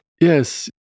Yes